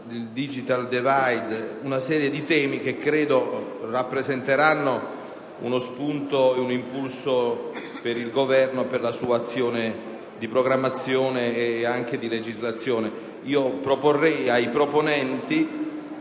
il *digital divide*, una serie di temi che credo rappresenteranno uno spunto ed un impulso per il Governo e per la sua azione di programmazione e anche di legislazione. Esprimo pertanto